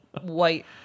white